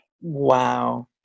Wow